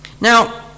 Now